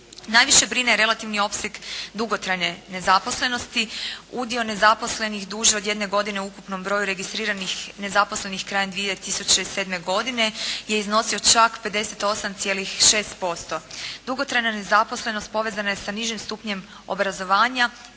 Najviše brine relativni opseg dugotrajne nezaposlenosti. Udio nezaposlenih duži od jedne godine u ukupnom broju registriranih nezaposlenih krajem 2007. godine je iznosio čak 58,6%. Dugotrajna nezaposlenost povezana je sa nižim stupnjem obrazovanja